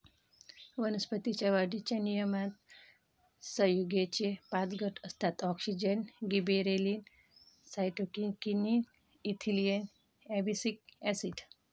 वनस्पतीं च्या वाढीच्या नियमनात संयुगेचे पाच गट असतातः auxin, gibberellin, cytokinin, ethylene, abscisic acid